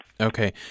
Okay